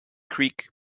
creek